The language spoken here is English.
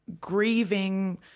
grieving